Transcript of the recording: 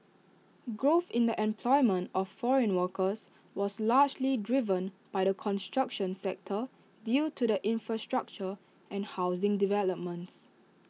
growth in the employment of foreign workers was largely driven by the construction sector due to the infrastructure and housing developments